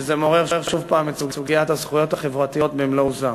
וזה מעורר שוב הפעם את סוגיית הזכויות החברתיות במלוא עוזה.